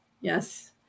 Yes